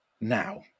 now